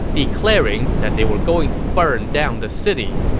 declaring that they were going to burn down the city.